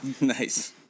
Nice